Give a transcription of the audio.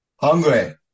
Hungry